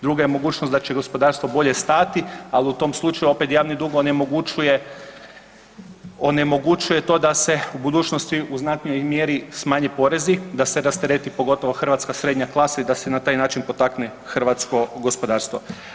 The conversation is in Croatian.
Druga je mogućnost da će gospodarstvo bolje stajati, ali u tom slučaju opet javni dug onemogućuje to da se u budućnosti u znatnijoj mjeri smanje porezi, da se rastereti pogotovo hrvatska srednja klasa i da se na taj način potakne hrvatsko gospodarstvo.